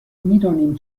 میدانیم